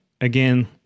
again